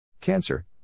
Cancer